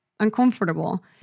Uncomfortable